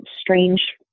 strange